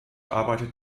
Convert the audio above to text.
arbeitet